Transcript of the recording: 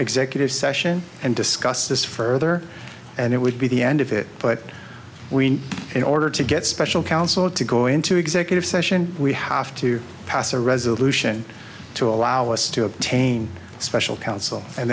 executive session and discuss this further and it would be the end of it but we need in order to get special counsel to go into executive session we have to pass a resolution to allow us to obtain special counsel and